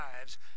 lives